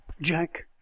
jack